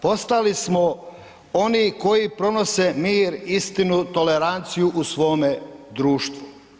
Postali smo oni koji prenose mir, istinu, toleranciju u svome društvu.